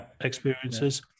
experiences